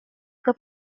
que